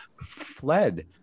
fled